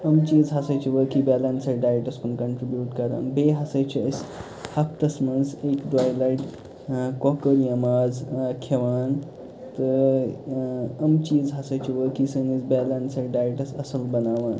یِم چیٖز ہسا چھِ وٲقعٕے بیلَنسٕڈ ڈایِٹَس کُن کَنٹٕرٛبیٚوٗٹ کران بیٚیہِ ہسا چھِ أسۍ ہَفتَس منٛز اَکہِ دۄیہِ لَٹہِ کۄکُر یا ماز کھیٚوان تہٕ اۭں یِم چیٖز ہسا چھِ وٲقعٕے سٲنِس بیلَنسٕڈ ڈایِٹَس اصٕل بناوان